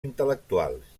intel·lectuals